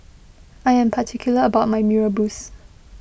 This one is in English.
I am particular about my Mee Rebus